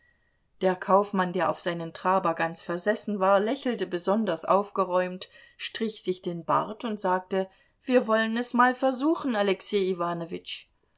der kaufmann der auf seinen traber ganz versessen war lächelte besonders aufgeräumt strich sich den bart und sagte wir wollen es mal versuchen